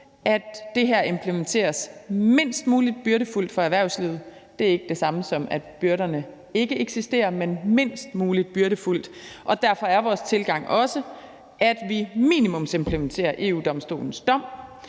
at det her implementeres mindst muligt byrdefuldt for erhvervslivet. Det er ikke det samme, som at byrderne ikke eksisterer, men mindst muligt byrdefuldt. Derfor er vores tilgang også, at vi minimumsimplementerer EU-Domstolens dom,